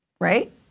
Right